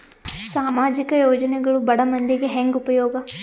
ಸಾಮಾಜಿಕ ಯೋಜನೆಗಳು ಬಡ ಮಂದಿಗೆ ಹೆಂಗ್ ಉಪಯೋಗ?